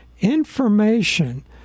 information